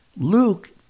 Luke